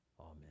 Amen